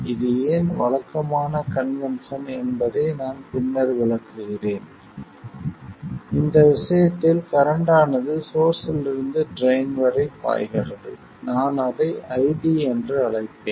இது ஏன் வழக்கமான கன்வென்ஷன் என்பதை நான் பின்னர் விளக்குகிறேன் இந்த விஷயத்தில் கரண்ட் ஆனது சோர்ஸ்ஸிலிருந்து ட்ரைன் வரை பாய்கிறது நான் அதை ID என்று அழைப்பேன்